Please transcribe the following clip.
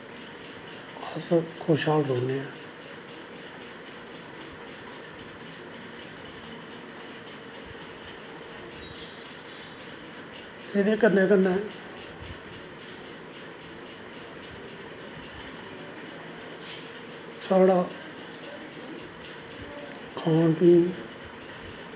अस खुशहाल रौह्न्ने आं एह्दे कन्नै कन्नै साढ़ा खान पीन